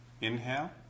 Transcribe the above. inhale